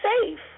safe